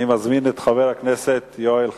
אני מזמין את חבר הכנסת יואל חסון.